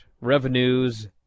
revenues